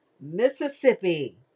Mississippi